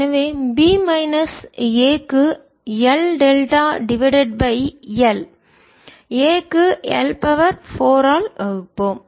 எனவே B minus a க்கு L delta divided by L a க்கு L 4 ஆல் வகுப்போம்